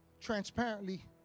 transparently